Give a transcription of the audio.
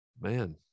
man